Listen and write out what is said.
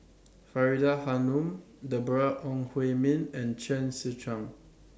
Faridah Hanum Deborah Ong Hui Min and Chen Sucheng